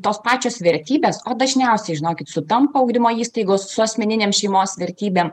tos pačios vertybės o dažniausiai žinokit sutampa ugdymo įstaigos su asmeninėm šeimos vertybėm